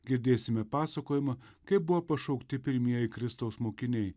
girdėsime pasakojimą kaip buvo pašaukti pirmieji kristaus mokiniai